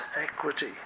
equity